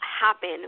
happen